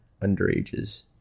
underages